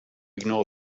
ignore